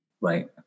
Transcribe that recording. Right